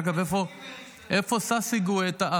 אגב, איפה ששי גואטה?